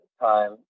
time